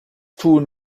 tun